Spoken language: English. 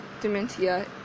dementia